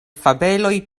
fabeloj